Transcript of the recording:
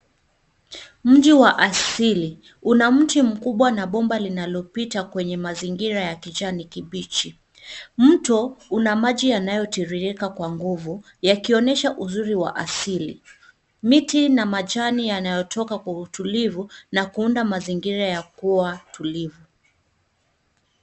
Mji wa asili, una mti mkubwa na bomba linalopita kwenye mazingira ya kijani kibichi. Mto una maji yanayotiririka kwa nguvu, yakionesha uzuri wa asili. Miti na majani yanayotoka kwa utulivu na kuunda mazingira ya kua tulivu.